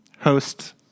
Host